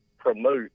promote